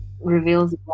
reveals